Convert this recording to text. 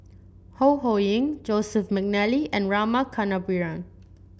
Ho Ho Ying Joseph McNally and Rama Kannabiran